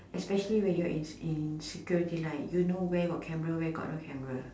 especially when you is in security line you know where got camera where got no camera